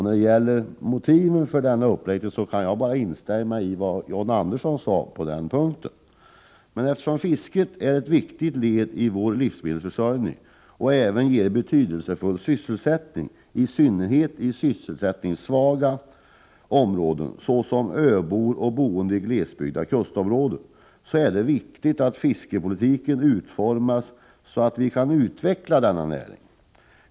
När det gäller motiven för denna uppräkning kan jag bara instämma i vad John Andersson sagt på denna punkt. Eftersom fisket är ett viktigt led i vår livsmedelsförsörjning och även ger betydelsefull sysselsättning, i synnerhet i sysselsättningssvaga områden för t.ex. öbor och boende i glesbebyggda kustområden, är det angeläget att fiskepolitiken utformas så att denna näring kan utvecklas.